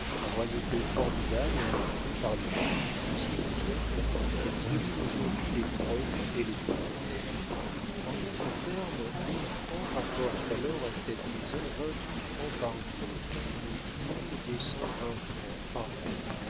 royauté formidable inventée par les juifs au douzième siècle et qui domine aujourd'hui les trônes et les peuples en d'autres termes mille francs rapportent alors à cette maison vingt-huit francs par jour ou dix mille deux cent vingt francs par an